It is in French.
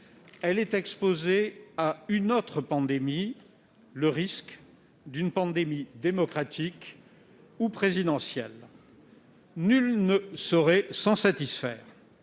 est exposée à un autre risque : une pandémie démocratique ou présidentielle. Nul ne saurait s'en satisfaire